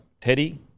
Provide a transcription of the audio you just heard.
Teddy